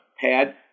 pad